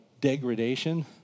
degradation